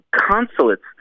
Consulates